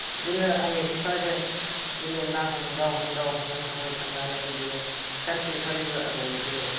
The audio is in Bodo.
बिदिनो आंनि बिफाजों बिदिनो ना हमदाव हमदाव हमै हमै थांनानै बिदिनो सानसेखालिबो आङो बिदिनो